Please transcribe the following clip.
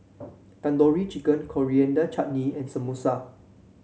Tandoori Chicken Coriander Chutney and Samosa